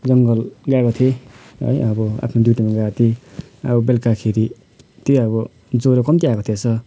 जङ्गल गएको थिएँ है अब आफ्नो ड्युटीमा गएको थिएँ अब बेलुकाखेरि त्यही अब ज्वरो कम्ती आएको थिएछ